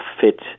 fit